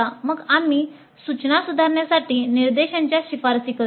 मग आम्ही सूचना सुधारण्यासाठी निर्देशांच्या शिफारसी करतो